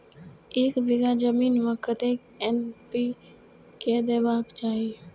एक बिघा जमीन में कतेक एन.पी.के देबाक चाही?